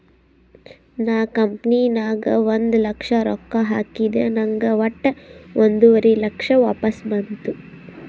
ನಾ ಕಂಪನಿ ನಾಗ್ ಒಂದ್ ಲಕ್ಷ ರೊಕ್ಕಾ ಹಾಕಿದ ನಂಗ್ ವಟ್ಟ ಒಂದುವರಿ ಲಕ್ಷ ವಾಪಸ್ ಬಂತು